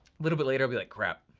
little bit later, i'll be like crap.